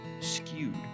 skewed